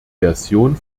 version